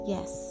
Yes